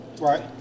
Right